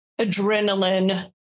adrenaline